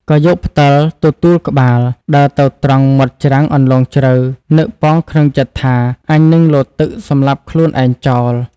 ក៏យកផ្ដិលទទួលក្បាលដើរទៅត្រង់មាត់ច្រាំងអន្លង់ជ្រៅនឹកប៉ងក្នុងចិត្ដថា “អញនឹងលោតទឹក សំលាប់ខ្លួនឯងចោល។